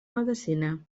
medecina